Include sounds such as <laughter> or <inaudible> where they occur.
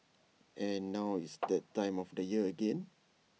and now it's the time of <noise> the year again